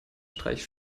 streich